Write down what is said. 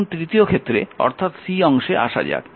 এখন তৃতীয় ক্ষেত্রে অর্থাৎ অংশে আসা যাক